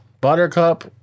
Buttercup